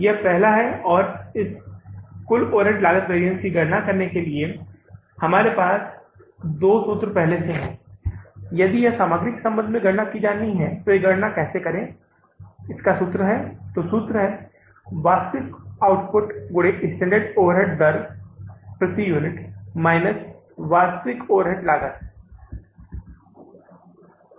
यह पहला है और इस कुल ओवरहेड लागत वैरिअन्स की गणना करने के लिए हमारे पास दोनों सूत्र पहले से हैं यदि यह सामग्री के संबंध में गणना की जानी है तो गणना कैसे करें इसका सूत्र है तो सूत्र वास्तविक आउटपुट गुणे स्टैण्डर्ड ओवरहेड दर प्रति यूनिट माइनस वास्तविक ओवरहेड लागत है